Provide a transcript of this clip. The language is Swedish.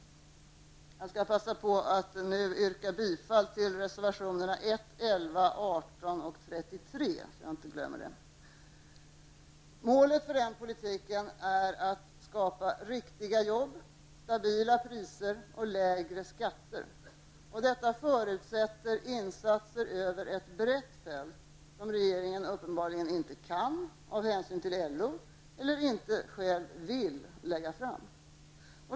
Jag skall passa på att nu yrka bifall till reservationerna 1, 11, 18 och 33. Målet för den politiken är att skapa riktiga jobb, stabila priser och lägre skatter. Detta förutsätter insatser över ett brett fält som regeringen uppenbarligen inte kan -- av hänsyn till LO -- eller inte själv vill lägga fram.